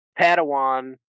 Padawan